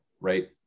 right